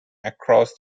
across